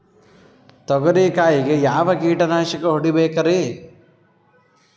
ತೊಗರಿ ಕಾಯಿಗೆ ಯಾವ ಕೀಟನಾಶಕ ಹೊಡಿಬೇಕರಿ?